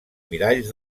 miralls